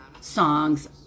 songs